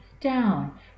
down